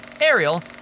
Ariel